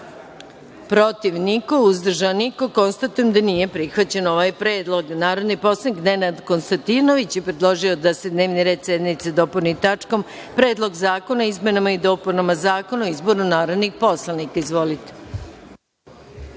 protiv – niko, uzdržanih – nema. Konstatujem da nije prihvaćen ovaj predlog. Narodni poslanik Nenad Konstantinović je predložio da se dnevni red sednice dopuni tačkom – Predlog zakona o izmenama i dopunama Zakona o izboru narodnih poslanika. Izvolite.